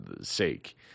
sake